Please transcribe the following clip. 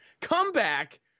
comeback